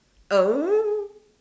oh